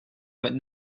but